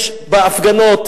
יש בהפגנות